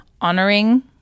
honoring